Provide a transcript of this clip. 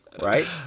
Right